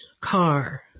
car